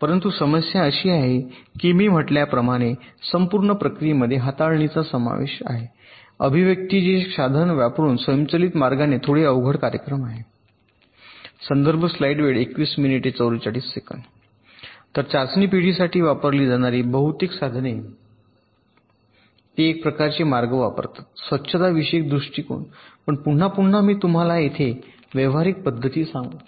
परंतु समस्या अशी आहे की मी म्हटल्याप्रमाणे संपूर्ण प्रक्रियेमध्ये हाताळणीचा समावेश आहे अभिव्यक्ति जे एखादे साधन किंवा एक वापरून स्वयंचलित मार्गाने करणे थोडे अवघड कार्यक्रम आहे तर चाचणी पिढीसाठी वापरली जाणारी बहुतेक आधुनिक साधने ते एक प्रकारचे मार्ग वापरतात स्वच्छताविषयक दृष्टीकोन पण पुन्हा मी तुम्हाला तेथे व्यावहारिक पद्धती सांगू